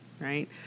right